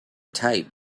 type